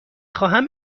خواهم